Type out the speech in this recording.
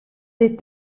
des